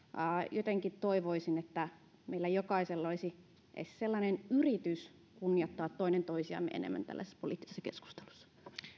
jotenkin toivoisin että meillä jokaisella olisi edes sellainen yritys kunnioittaa toinen toisiamme enemmän tällaisessa poliittisessa keskustelussa